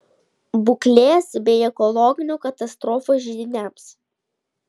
būklės bei ekologinių katastrofų židiniams